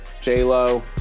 J-Lo